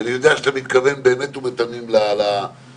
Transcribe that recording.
שאני יודע שאתה מתכוון באמת ובתמים להצעה